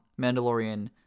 Mandalorian